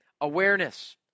awareness